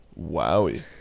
Wowie